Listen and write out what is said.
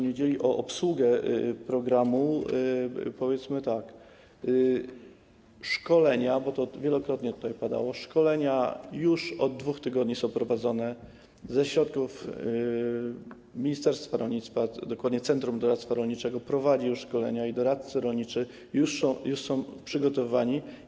Niedzieli o obsługę programu odpowiedzmy tak: szkolenia, bo to wielokrotnie tutaj padało, już od 2 tygodni są prowadzone ze środków ministerstwa rolnictwa, dokładnie centrum doradztwa rolniczego prowadzi już szkolenia i doradcy rolniczy już są przygotowywani.